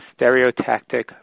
stereotactic